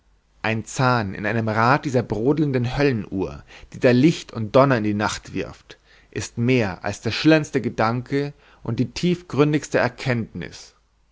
ein zahn in einem rad dieser brodelnden höllenuhr die da lichter und donner in die nacht wirft ist mehr als der schillerndste gedanke und die tiefgründigste erkenntnis